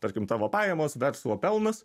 tarkim tavo pajamos verslo pelnas